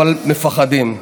אבל מפחדים.